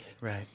Right